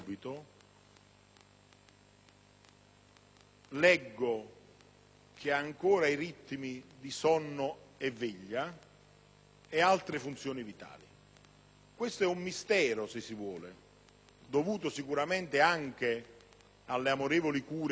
leggo che ha ancora i ritmi di sonno e veglia e altre funzioni vitali: questo è un mistero, se si vuole, dovuto sicuramente anche alle amorevoli cure di chi assiste da diciassette